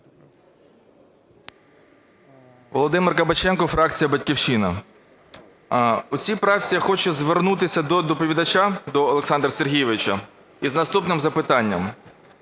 Володимир Кабаченко, фракція "Батьківщина". У цій правці я хочу звернутися до доповідача, до Олександра Сергійовича, із наступним запитанням.